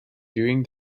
during